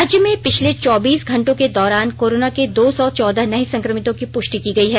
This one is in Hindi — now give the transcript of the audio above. राज्य में पिछले चौबीस घंटों के दौरान कोरोना के दो सौ चौदह नए संक्रमितों की पुष्टि की गयी है